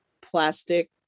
plastic